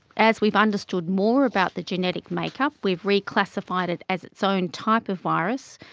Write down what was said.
as we've understood more about the genetic make-up we've reclassified it as its own type of virus.